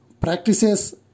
practices